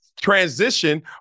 transition